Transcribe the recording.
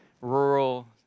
rural